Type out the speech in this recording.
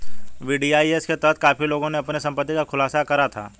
VDIS के तहत काफी लोगों ने अपनी संपत्ति का खुलासा करा था